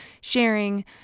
sharing